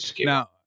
Now